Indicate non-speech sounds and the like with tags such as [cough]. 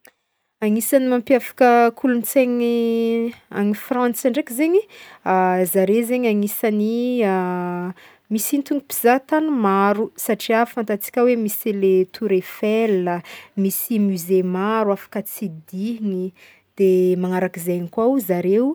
[noise] Agnisany mampiavaka kolontsaigny [hesitation] agny Frantsa ndreky zegny [hesitation] zare zegny agnisany [hesitation] misintogny mpizaha tany maro satria fantantsika hoe misy le tour Eiffel a, misy musée maro afaka tsidihigny de magnarak'izegny koa o zareo